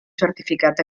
certificat